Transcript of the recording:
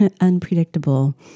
unpredictable